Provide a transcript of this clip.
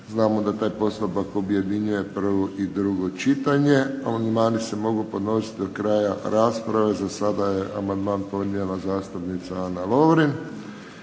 znamo da taj postupak objedinjuje prvo i drugo čitanje. Amandmani se mogu podnositi do kraja rasprave. Zasada je amandman podnijela zastupnica Ana Lovrin.